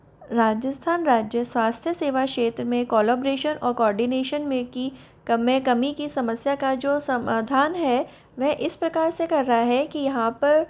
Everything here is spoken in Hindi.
राजस्थान राज्य स्वास्थ्य सेवा शेत्र में कोलोब्रेशन और कोर्डिनेशन में की कमें कमी की समस्या का जो समाधान है वह इस प्रकार से कर रहा है कि यहाँ पर